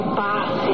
pass